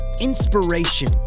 inspiration